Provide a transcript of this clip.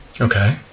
Okay